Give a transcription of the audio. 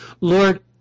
Lord